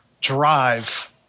Drive